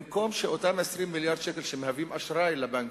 במקום שאותם 20 מיליארד שקל שמהווים אשראי לבנקים,